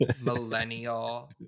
millennial